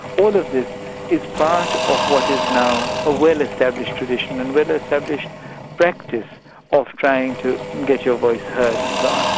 all of this is part of what is now a well established tradition and well established practice of trying to get your voice heard and so on.